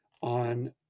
on